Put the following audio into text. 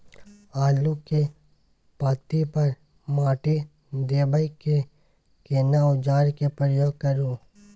आलू के पाँति पर माटी देबै के लिए केना औजार के प्रयोग करू?